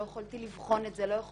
לא יכולתי לבחון את זה ולדעת,